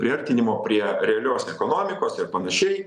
priartinimo prie realios ekonomikos ir panašiai